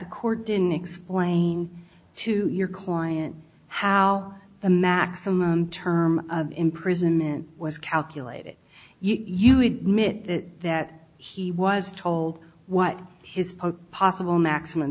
the court didn't explain to your client how the maximum term imprisonment was calculated you admit that he was told what his possible maximum